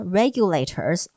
regulators